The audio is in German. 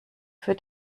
für